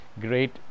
great